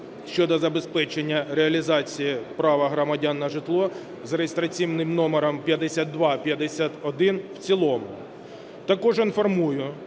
щодо забезпечення реалізації права громадян на житло за реєстраційним номером 5251 в цілому. Також інформую,